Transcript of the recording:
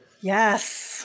Yes